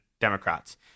Democrats